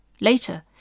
Later